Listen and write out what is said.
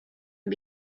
can